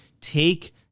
take